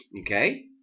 Okay